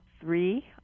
three